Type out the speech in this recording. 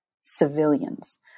civilians